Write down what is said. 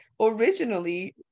originally